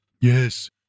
Yes